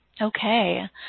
Okay